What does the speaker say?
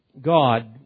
God